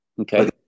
Okay